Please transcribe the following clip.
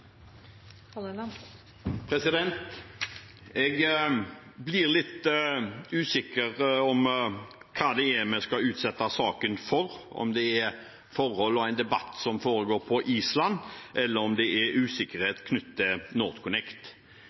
Jeg blir litt usikker på hva vi skal utsette saken for, om det er på grunn av forhold og en debatt som foregår på Island, eller om det er på grunn av usikkerhet knyttet til NorthConnect.